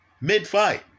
Mid-fight